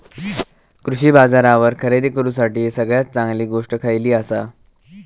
कृषी बाजारावर खरेदी करूसाठी सगळ्यात चांगली गोष्ट खैयली आसा?